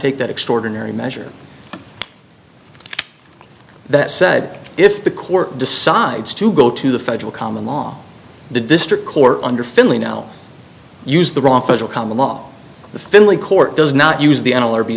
take that extraordinary measure that said if the court decides to go to the federal common law the district court under finley now used the wrong federal common law the family court does not use the animal or be